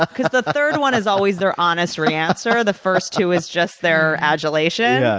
because the third one is always their honest answer the first two is just their adulation.